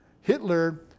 Hitler